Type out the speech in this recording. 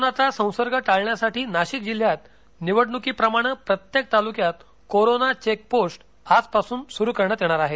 कोरोनाचा संसर्ग टाळण्यासाठी नाशिक जिल्ह्यात निवडण्कीप्रमाणे प्रत्येक तालुक्यात कोरोना चेक पोस्ट आज असून सुरु करण्यात येणार आहे